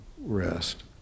rest